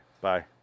Bye